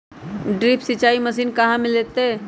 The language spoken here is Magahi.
ड्रिप सिंचाई मशीन कहाँ से मिलतै?